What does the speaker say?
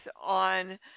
on